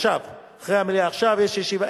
עכשיו, אחרי המליאה, עכשיו יש ישיבה.